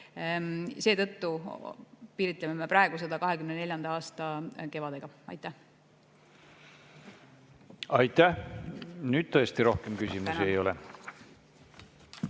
Seetõttu piiritleme me praegu seda 2024. aasta kevadega. Aitäh! Nüüd tõesti rohkem küsimusi ei ole.